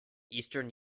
eastern